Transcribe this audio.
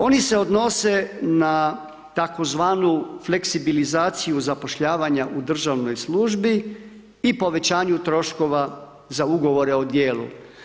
Oni se odnose na tzv. fleksibilizaciju zapošljavanja u državnoj službi i povećanju troškova za ugovore o djelu.